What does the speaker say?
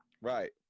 Right